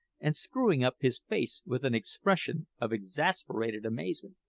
and screwing up his face with an expression of exasperated amazement.